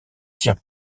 tirent